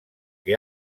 que